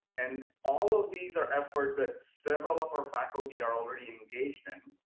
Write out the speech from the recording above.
and all of these are efforts that several of our faculty are already engaged in.